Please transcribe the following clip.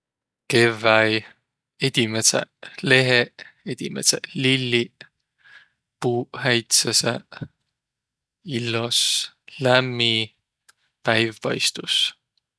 Kevväi, edimädseq leheq, edimädseq lilliq, puuq häitseseq, illos, lämmi, päiv paistus.